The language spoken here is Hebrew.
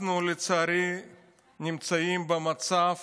אנחנו לצערי נמצאים במצב